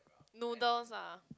noodles lah